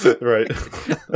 Right